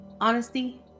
Honesty